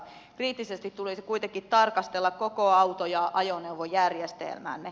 kriittisesti tulisi kuitenkin tarkastella koko auto ja ajoneuvojärjestelmäämme